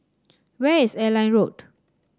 where is Airline Road